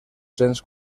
cents